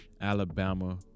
Alabama